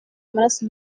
amaraso